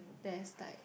there's like